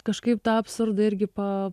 kažkaip tą absurdą irgi pa